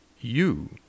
you